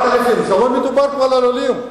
9,000. כבר לא מדובר בעולים,